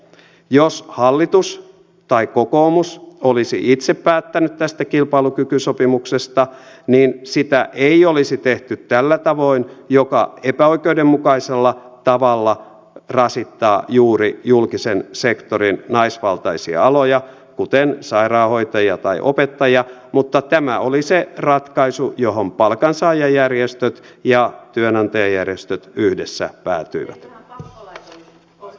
jos hallitus tai kokoomus olisi itse päättänyt tästä kilpailukykysopimuksesta niin sitä ei olisi tehty tällä tavoin joka epäoikeudenmukaisella tavalla rasittaa juuri julkisen sektorin naisvaltaisia aloja kuten sairaanhoitajia tai opettajia mutta tämä oli se ratkaisu johon palkansaajajärjestöt ja työnantajajärjestöt yhdessä päätyivät